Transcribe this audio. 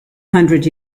hundred